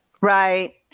Right